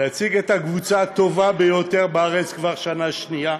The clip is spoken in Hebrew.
להציג את הקבוצה הטובה ביותר בארץ כבר שנה שנייה,